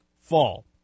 fall